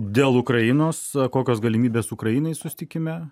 dėl ukrainos kokios galimybės ukrainai susitikime